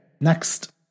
next